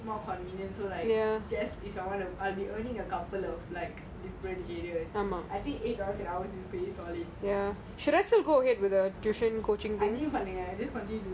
convenient I'll be earning a couple of like different area I think eight dollars an hour still okay